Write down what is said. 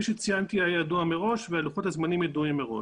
שציינתי היה ידוע ולוחות הזמנים ידועים מראש.